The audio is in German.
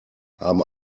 haben